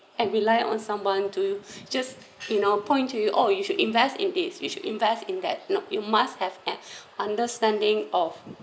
and rely on someone to just you know point to you oh you should invest in this you should invest in that no you must have an understanding of